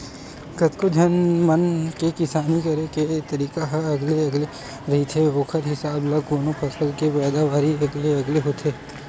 कतको झन मन के किसानी करे के तरीका ह अलगे अलगे रहिथे ओखर हिसाब ल कोनो फसल के पैदावारी अलगे अलगे होथे